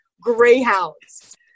greyhounds